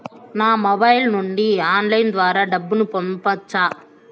నా మొబైల్ నుండి ఆన్లైన్ ద్వారా డబ్బును పంపొచ్చా